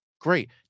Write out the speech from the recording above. great